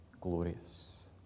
glorious